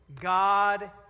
God